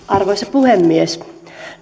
arvoisa puhemies